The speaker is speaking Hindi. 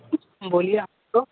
बोलिए आप